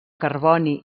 carboni